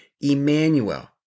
Emmanuel